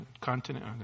continent